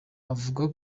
avuga